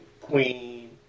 Queen